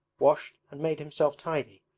washed and made himself tidy,